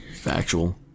Factual